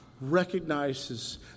recognizes